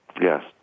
Yes